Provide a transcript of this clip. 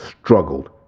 struggled